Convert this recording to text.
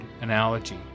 analogy